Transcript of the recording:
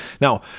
now